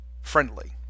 friendly